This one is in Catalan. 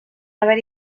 haver